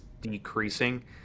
decreasing